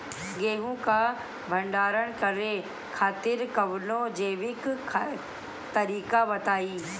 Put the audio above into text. गेहूँ क भंडारण करे खातिर कवनो जैविक तरीका बताईं?